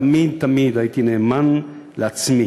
תמיד תמיד הייתי נאמן לעצמי.